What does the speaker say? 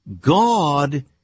God